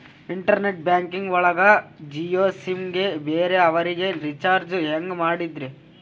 Internet banking ಒಳಗ Jio SIM ಗೆ ಬೇರೆ ಅವರಿಗೆ ರೀಚಾರ್ಜ್ ಹೆಂಗ್ ಮಾಡಿದ್ರಿ?